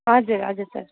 हजुर हजुर सर